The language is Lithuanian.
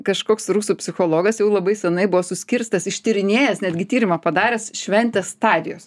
kažkoks rusų psichologas jau labai senai buvo suskirstęs ištyrinėjęs netgi tyrimą padaręs šventės stadijos